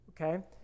okay